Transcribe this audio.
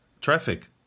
traffic